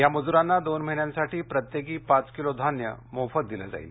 या मजूरांना दोन महिन्यांसाठी प्रत्येकी पाच किलो धान्य मोफत दिलं जाणार आहे